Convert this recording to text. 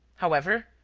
however,